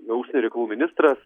užsienio reikalų ministras